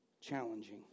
challenging